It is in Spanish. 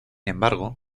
embargo